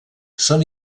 són